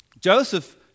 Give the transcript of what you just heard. Joseph